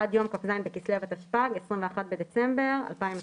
עד יום כ"ז בכסלו התשפ"ג (21 בדצמבר 2022)"."